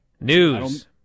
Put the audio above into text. News